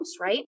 Right